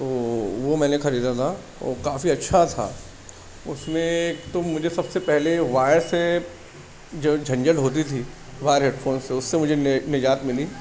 تو وہ میں نے خریدا تھا وہ کافی اچھا تھا اس میں ایک تو مجھے سب سے پہلے وائر سے جو جھنجھٹ ہوتی تھی وائر ہیڈ فون سے اس سے مجھے نجات ملی